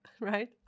right